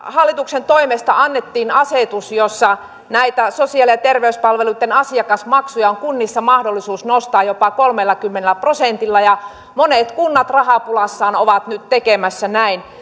hallituksen toimesta annettiin asetus jossa näitä sosiaali ja terveyspalveluitten asiakasmaksuja on kunnissa mahdollisuus nostaa jopa kolmellakymmenellä prosentilla monet kunnat rahapulassaan ovat nyt tekemässä näin